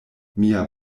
mia